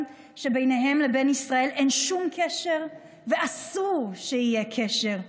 שביניהם לבין ישראל אין שום קשר ואסור שיהיה קשר.